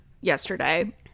yesterday